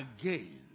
again